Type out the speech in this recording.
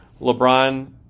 LeBron